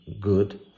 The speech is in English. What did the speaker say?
good